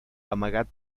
amagat